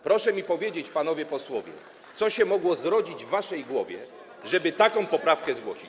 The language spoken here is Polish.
Proszę mi powiedzieć, panowie posłowie, co się mogło zrodzić w waszej głowie, żeby taką poprawkę zgłosić.